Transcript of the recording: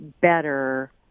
better